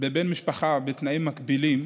בבן משפחה בתנאים מגבילים,